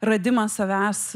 radimą savęs